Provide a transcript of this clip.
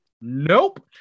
nope